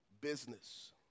business